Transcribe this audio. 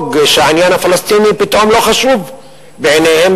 שהעניין הפלסטיני פתאום לא חשוב בעיניהם,